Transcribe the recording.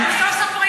אנחנו סוף-סוף,